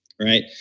right